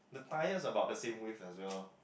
the tyres are about the same width as well